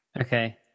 Okay